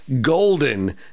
golden